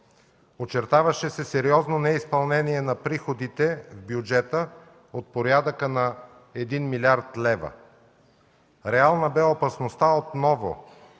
Очертаваше се сериозно неизпълнение на приходите в бюджета от порядъка на 1 млрд. лв. Реална бе опасността от ново,